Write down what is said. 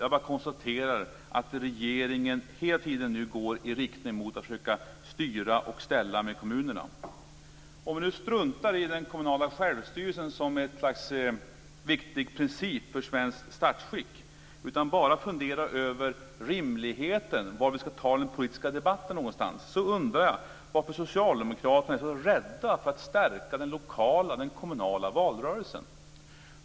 Jag bara konstaterar att regeringen hela tiden nu går i riktning mot att försöka styra och ställa med kommunerna. Om vi nu struntar i den kommunala självstyrelsen som ett slags viktig princip för svenskt statsskick utan bara funderar över rimligheten var vi skall ta den politiska debatten undrar jag varför socialdemokraterna är så rädda för att stärka den lokala valrörelsen.